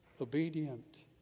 obedient